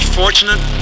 fortunate